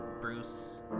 Bruce